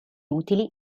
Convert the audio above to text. utili